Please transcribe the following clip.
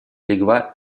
легла